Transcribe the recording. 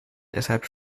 deshalb